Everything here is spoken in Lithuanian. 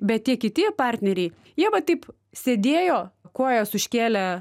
bet tie kiti partneriai jie va taip sėdėjo kojas užkėlę